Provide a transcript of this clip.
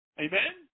Amen